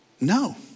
no